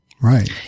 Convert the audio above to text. Right